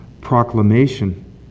proclamation